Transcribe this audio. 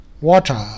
Water